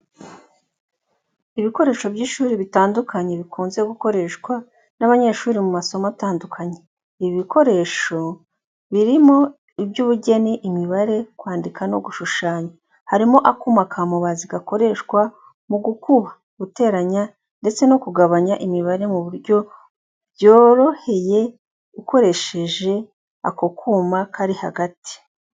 Ibikoresho by’ishuri bitandukanye bikunze gukoreshwa n’abanyeshuri mu masomo atandukanye. Ibi bikoresho birimo iby'ubugeni, imibare, kwandika no gushushanya. Harimo akuma ka mubazi gakoreshwa mu gukuba, guteranya ndetse no kugabanya imibare mu buryo byoroheye ukoresheshe ako kuma kari hagati.